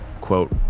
quote